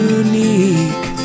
unique